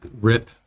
rip